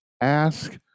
Ask